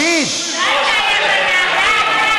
זאת לא הייתה אי-הבנה.